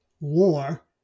war